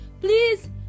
please